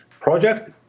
project